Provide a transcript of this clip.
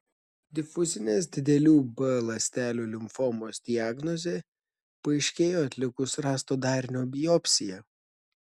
difuzinės didelių b ląstelių limfomos diagnozė paaiškėjo atlikus rasto darinio biopsiją